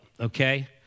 okay